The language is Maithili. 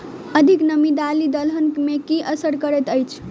अधिक नामी दालि दलहन मे की असर करैत अछि?